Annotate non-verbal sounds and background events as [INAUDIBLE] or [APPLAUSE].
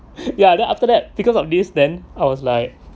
[LAUGHS] ya then after that because of this then I was like